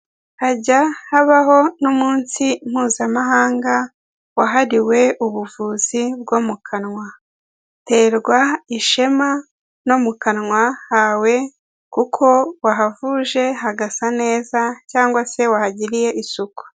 Hajya habaho n'umunsi mpuzamahanga wahariwe ubuvuzi bwo mu kanwa, terwa ishema no mu kanwa hawe kuko wahavuje hagasa neza cyangwa se wahagiriye isuku.